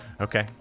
Okay